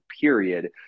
period